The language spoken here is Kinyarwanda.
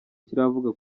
kiravuga